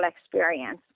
experience